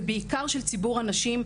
ובעיקר של ציבור הנשים,